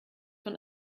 von